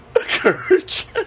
Courage